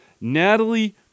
Natalie